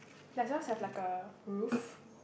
does yours have like a roof